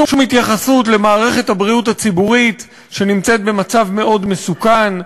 שום התייחסות למערכת הבריאות הציבורית שנמצאת במצב מאוד מסוכן,